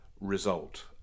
result